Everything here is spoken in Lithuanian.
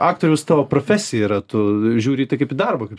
aktoriaus tavo profesija yra tu žiūri į tai kaip į darbą kaip